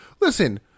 listen